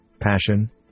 passion